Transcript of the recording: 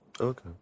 Okay